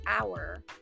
hour